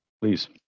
Please